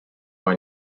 ans